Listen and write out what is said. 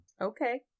okay